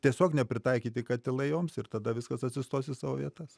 tiesiog nepritaikyti katilai joms ir tada viskas atsistos į savo vietas